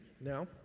now